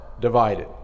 divided